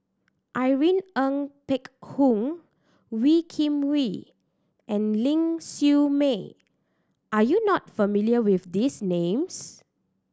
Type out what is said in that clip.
Irene Ng Phek Hoong Wee Kim Wee and Ling Siew May are you not familiar with these names